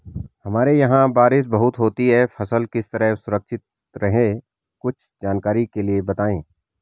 हमारे यहाँ बारिश बहुत होती है फसल किस तरह सुरक्षित रहे कुछ जानकारी के लिए बताएँ?